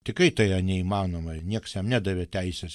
tikrai tai yra neįmanoma nieks jam nedavė teisės